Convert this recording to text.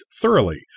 thoroughly